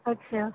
اچھا